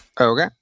Okay